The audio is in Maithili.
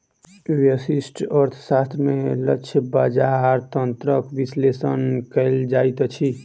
व्यष्टि अर्थशास्त्र में लक्ष्य बजार तंत्रक विश्लेषण कयल जाइत अछि